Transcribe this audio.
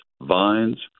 vines